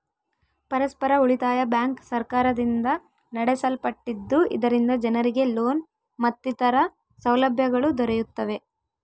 ಪರಸ್ಪರ ಉಳಿತಾಯ ಬ್ಯಾಂಕ್ ಸರ್ಕಾರದಿಂದ ನಡೆಸಲ್ಪಟ್ಟಿದ್ದು, ಇದರಿಂದ ಜನರಿಗೆ ಲೋನ್ ಮತ್ತಿತರ ಸೌಲಭ್ಯಗಳು ದೊರೆಯುತ್ತವೆ